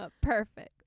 perfect